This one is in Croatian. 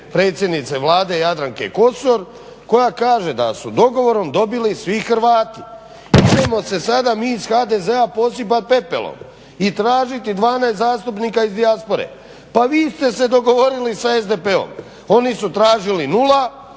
predsjednice Vlade Jadranke Kosor koja kaže da su dogovorom dobili svi Hrvati, … sada mi iz HDZ-a posipat pepelom i tražiti 12 zastupnika iz dijaspore. Pa vi ste se dogovorili sa SDP-om, oni su tražili nula,